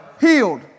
healed